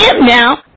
now